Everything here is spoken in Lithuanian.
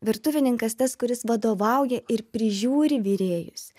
virtuvininkas tas kuris vadovauja ir prižiūri virėjus